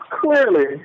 Clearly